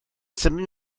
symud